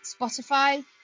Spotify